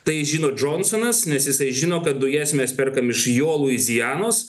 tai žino džonsonas nes jisai žino kad dujas mes perkam iš jo luizianos